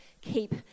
keep